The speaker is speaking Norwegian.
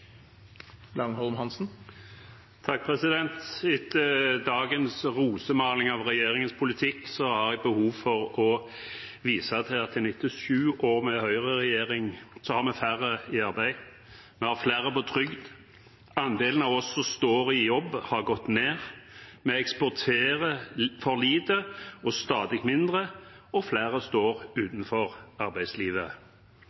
Etter dagens rosemaling av regjeringens politikk har jeg behov for å vise til at etter sju år med høyreregjering har vi færre i arbeid, og vi har flere på trygd. Andelen av oss som står i jobb, har gått ned. Vi eksporterer for lite – og stadig mindre – og flere står